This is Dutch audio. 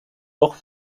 toch